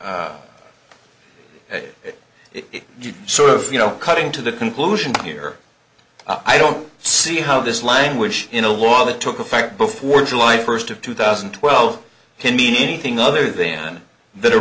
it sort of you know cutting to the conclusion here i don't see how this language in a law that took effect before july first of two thousand and twelve to mean anything other then th